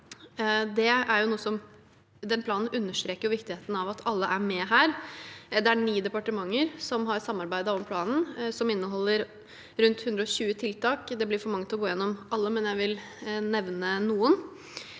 planen understreker viktigheten av at alle er med her. Det er ni departementer som har samarbeidet om planen, som inneholder rundt 120 tiltak. Det blir for mange til å gå gjennom alle, men jeg vil nevne noen.